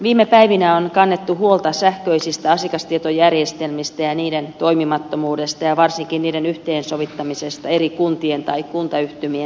viime päivinä on kannettu huolta sähköisistä asiakastietojärjestelmistä ja niiden toimimattomuudesta ja varsinkin niiden yhteensovittamisesta eri kuntien tai kuntayhtymien kesken